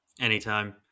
Anytime